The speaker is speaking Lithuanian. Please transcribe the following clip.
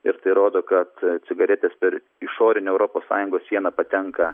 ir tai rodo kad cigaretės per išorinę europos sąjungos sieną patenka